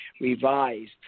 revised